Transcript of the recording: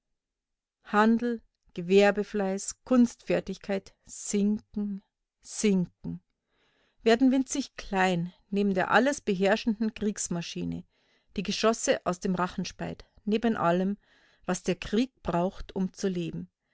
handel gewerbefleiß kunstfertigkeit sinken sinken werden winzig klein neben der alles beherrschenden kriegsmaschine die geschosse aus dem rachen speit neben allem was der krieg braucht um zu leben